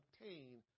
obtain